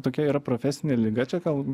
tokia yra profesinė liga čia gal